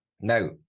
now